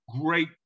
great